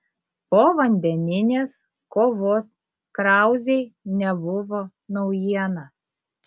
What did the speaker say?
povandeninės kovos krauzei nebuvo naujiena